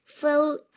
fill